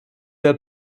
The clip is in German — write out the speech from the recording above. the